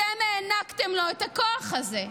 אתם הענקתם לו את הכוח הזה.